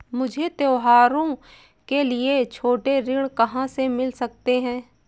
मुझे त्योहारों के लिए छोटे ऋण कहाँ से मिल सकते हैं?